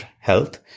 health